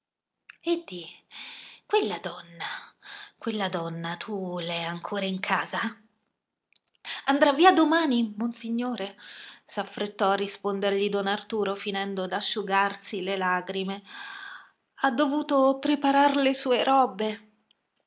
quella donna quella donna tu l'hai ancora in casa andrà via domani monsignore s'affrettò a rispondergli don arturo finendo d'asciugarsi le lagrime ha dovuto preparar le sue robe